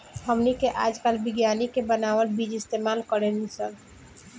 हमनी के आजकल विज्ञानिक के बानावल बीज इस्तेमाल करेनी सन